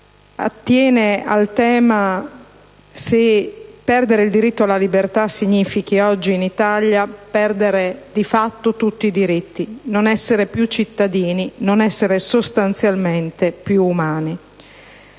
attiene al tema se perdere il diritto alla libertà significhi oggi in Italia perdere, di fatto, tutti i diritti. Non essere più cittadini. Non essere, sostanzialmente, più umani.